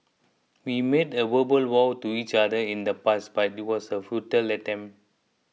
we made a verbal vows to each other in the past but it was a futile attempt